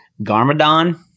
Garmadon